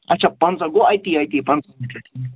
اچھا پَنٛژاہ گوٚو اَتی اَتی پنٛژاہ مِیٖٹر